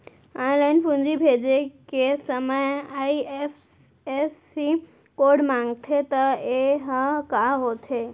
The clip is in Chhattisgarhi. ऑनलाइन पूंजी भेजे के समय आई.एफ.एस.सी कोड माँगथे त ये ह का होथे?